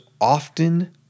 often